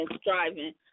striving